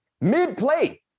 Mid-play